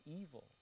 evil